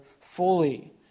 fully